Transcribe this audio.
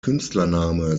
künstlername